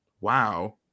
wow